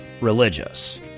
religious